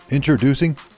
Introducing